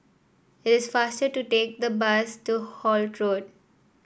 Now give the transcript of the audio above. it is faster to take the bus to Holt Road